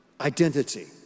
identity